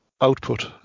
output